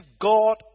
God